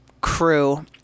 crew